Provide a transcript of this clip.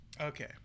Okay